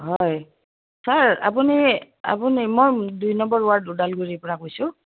হয় ছাৰ আপুনি আপুনি মই দুই নম্বৰ ৱাৰ্ড ওদালগুৰিৰপৰা কৈছোঁ